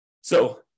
So-